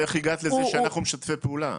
ואיך הגעת לזה שאנחנו משתפי פעולה?